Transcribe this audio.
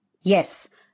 Yes